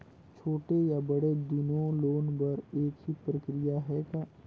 छोटे या बड़े दुनो लोन बर एक ही प्रक्रिया है का?